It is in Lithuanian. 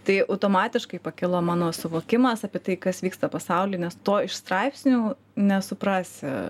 tai automatiškai pakilo mano suvokimas apie tai kas vyksta pasauly nes to iš straipsnių nesuprasi